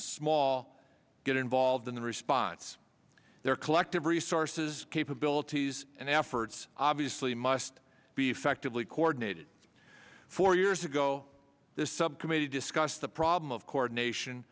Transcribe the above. small get involved in the response their collective resources capabilities and efforts obviously must be effectively coordinated four years ago this subcommittee discussed the problem of coronation